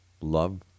love